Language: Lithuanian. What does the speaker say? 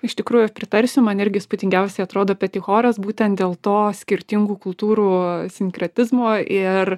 iš tikrųjų pritarsiu man irgi įspūdingiausiai atrodo petihoras būtent dėl to skirtingų kultūrų sinkretizmo ir